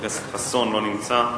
חבר הכנסת חסון, לא נמצא.